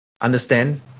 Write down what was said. understand